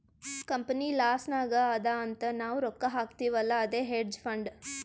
company loss ನಾಗ್ ಅದಾ ಅಂತ್ ನಾವ್ ರೊಕ್ಕಾ ಹಾಕ್ತಿವ್ ಅಲ್ಲಾ ಅದೇ ಹೇಡ್ಜ್ ಫಂಡ್